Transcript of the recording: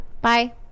bye